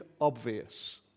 obvious